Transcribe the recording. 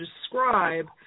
describe